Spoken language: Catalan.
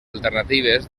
alternatives